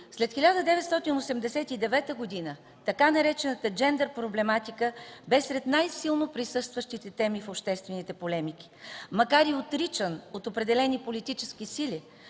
След 1989 г. така наречената „джендър проблематика” беше сред най-силно присъстващите теми в обществените полемики. Макар и отричан от определени политически сили,